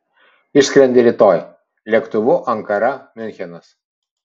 išskrendi rytoj lėktuvu ankara miunchenas